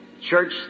church